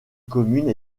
communes